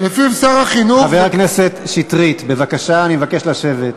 חבר הכנסת שטרית, נא לשבת.